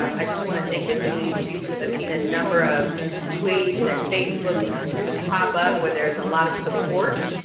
um i just wanna thank the community, too, because i've seen a number of tweets and facebook facebook groups pop up where there's a lot of support.